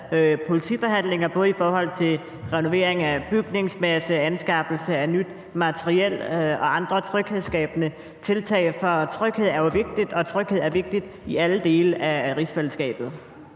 politiforhandlinger, både i forhold til renovering af bygningsmasse, anskaffelse af nyt materiel og andre tryghedsskabende tiltag. For tryghed er jo vigtigt, og tryghed er vigtigt i alle dele af rigsfællesskabet.